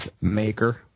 maker